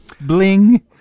Bling